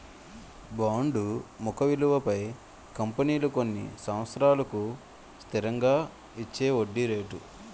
bond ముఖ విలువపై కంపెనీలు కొన్ని సంవత్సరాలకు స్థిరంగా ఇచ్చేవడ్డీ రేటు